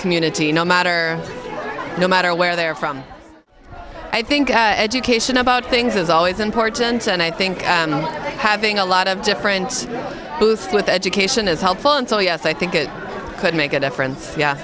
community no matter no matter where they're from i think education about things is always important and i think having a lot of different booth with education is helpful and so yes i think it could make